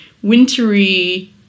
wintery